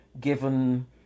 given